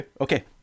Okay